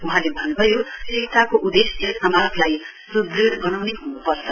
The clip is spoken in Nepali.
वहाँले भन्नुभयो शिक्षाको उदेश्य समाजलाई सुदृढ़ वनाउने हुनुपर्छ